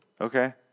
Okay